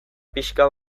pixka